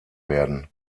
werden